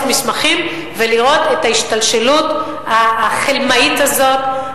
מסמכים ולראות את ההשתלשלות החלמאית הזאת,